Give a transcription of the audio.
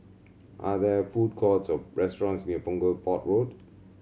are there food courts or restaurants near Punggol Port Road